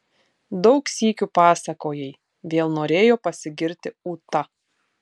daug sykių pasakojai vėl norėjo pasigirti ūta